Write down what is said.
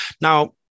Now